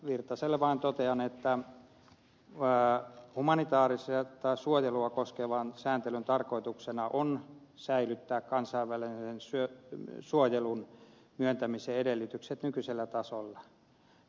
virtaselle vain totean että humanitaarista suojelua koskevan sääntelyn tarkoituksena on säilyttää kansainvälisen suojelun myöntämisen edellytykset nykyisellä tasolla